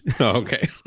Okay